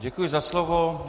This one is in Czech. Děkuji za slovo.